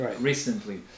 recently